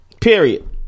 Period